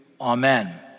amen